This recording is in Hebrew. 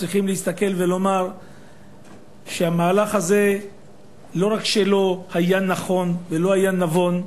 צריך להסתכל ולומר שהמהלך הזה לא רק שלא היה נכון ולא היה נבון,